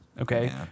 Okay